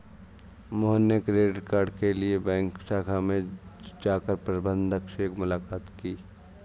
मोहन ने credit card के लिए बैंक शाखा में जाकर प्रबंधक से मुलाक़ात की